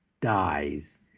dies